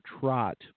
Trot